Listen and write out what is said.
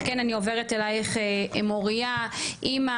אז כן אני עוברת אלייך מוריה אמא,